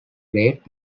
great